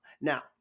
Now